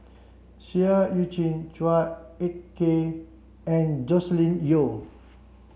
Seah Eu Chin Chua Ek Kay and Joscelin Yeo